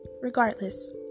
regardless